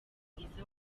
mwiza